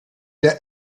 der